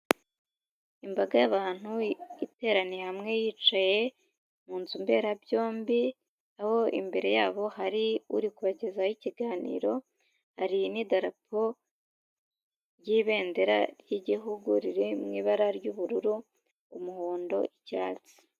Imbaga y'abantu, iteraniye hamwe yicaye, mu nzu mberabyombi, aho imbere yabo hari uri kubagezaho ikiganiro, hari n'idarapo ry'ibendera ry'igihugu riri mu ibara ry'ubururu, umuhondo, icyatsi.